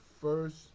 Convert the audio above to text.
first